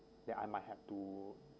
that I might have to